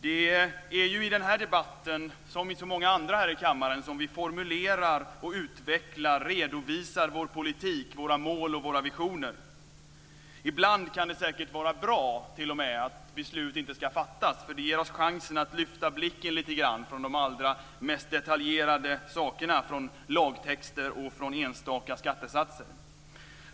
Det är ju i den här debatten, som i så många andra här i kammaren, som vi formulerar, utvecklar och redovisar vår politik, våra mål och våra visioner. Ibland kan det säkert t.o.m. vara bra att beslut inte ska fattas. Det ger oss chansen att lyfta blicken lite grann från det allra mest detaljerade, från lagtexter och från enstaka skattesatser.